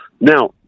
Now